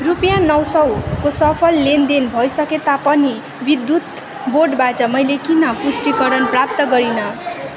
रुपियाँ नौ सय को सफल लेनदेन भइसके तापनि विद्युत् बोर्डबाट मैले किन पुष्टिकरण प्राप्त गरिनँ